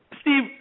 Steve